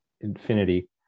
infinity